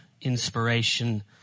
inspiration